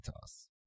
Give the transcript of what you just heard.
toss